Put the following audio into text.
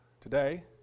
today